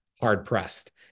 hard-pressed